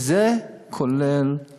וזה כולל את